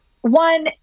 one